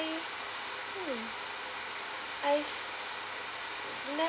I mm I